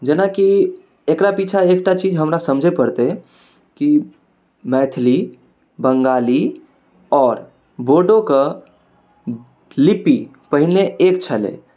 जेनाकि एकरा पीछाँ एकटा चीज हमरा समझऽ पड़तै कि मैथिली बंगाली आओर बोडो कऽ लिपी पहिने एक छलै